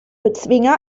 bezwinger